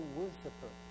worshiper